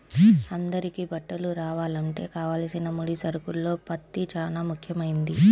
అందరికీ బట్టలు రావాలంటే కావలసిన ముడి సరుకుల్లో పత్తి చానా ముఖ్యమైంది